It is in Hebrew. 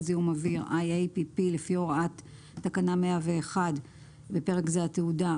זיהום אוויר (IAPP) לפי הוראת תקנה 101 (בפרק זה התעודה),